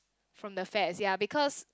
from the fats ya because